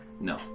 No